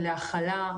להכלה,